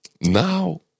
now